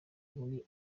muri